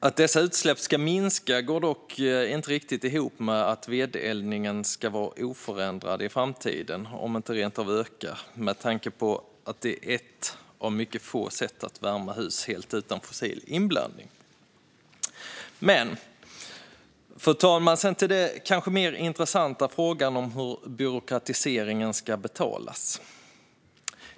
Att dessa utsläpp ska minska går dock inte riktigt ihop med att vedeldningen ska vara oförändrad i framtiden, om den inte rent av ska öka, med tanke på att det är ett av mycket få sätt att värma hus helt utan fossil inblandning. Fru talman! Sedan har vi den kanske mer intressanta frågan hur byråkratiseringen ska betalas.